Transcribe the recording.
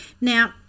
Now